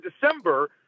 December